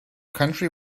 country